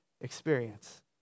experience